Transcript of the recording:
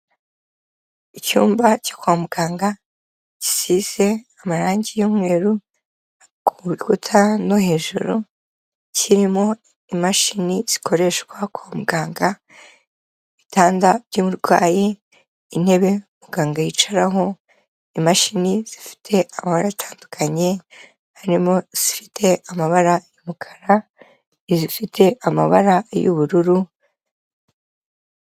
Icyumba cyo kwa muganga gisize amarangi y'umweru ku nkuta no hejuru kirimo imashini zikoreshwa kwa muganga, ibitanda by'umurwayi, intebe muganga yicaraho, imashini zifite amabara atandukanye, harimo izifite amabara y'umukara n'izifite amabara y'ubururu.